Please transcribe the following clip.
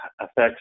affects